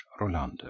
Rolander